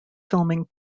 filming